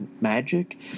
magic